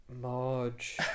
Marge